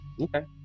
Okay